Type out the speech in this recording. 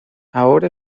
ahora